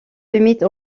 limite